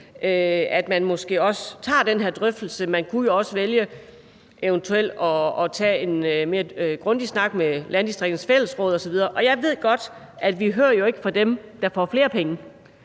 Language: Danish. godt med, måske også tager den her drøftelse. Man kunne jo også vælge eventuelt at tage en mere grundig snak med Landdistrikternes Fællesråd osv. Og jeg ved godt, at vi ikke hører fra dem, der får flere penge.